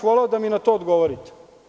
Voleo bih da mi na to odgovorite.